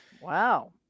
Wow